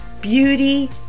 beauty